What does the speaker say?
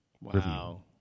Wow